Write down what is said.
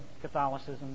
Catholicism